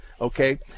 okay